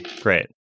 Great